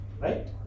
Right